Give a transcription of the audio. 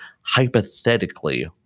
hypothetically